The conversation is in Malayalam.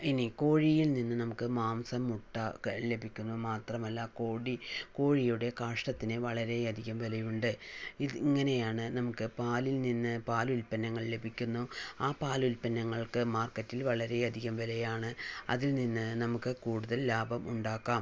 ഇനി കോഴിയിൽ നിന്ന് നമക്ക് മാംസം മുട്ട ഒക്കെ ലഭിയ്ക്കുന്നു മാത്രമല്ല കോടി കോഴിയുടെ കാഷ്ടത്തിന് വളരെ അധികം വിലയുണ്ട് ഇത് ഇങ്ങനെയാണ് നമുക്ക് പാലിൽ നിന്ന് പാൽ ഉൽപ്പന്നങ്ങൾ ലഭിയ്ക്കുന്നു ആ പാൽ ഉത്പന്നങ്ങൾക്ക് മാർക്കറ്റിൽ വളരെ അധികം വിലയാണ് അതിൽ നിന്ന് നമക്ക് കൂടുതൽ ലാഭം ഉണ്ടാക്കാം